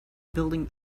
building